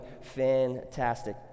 fantastic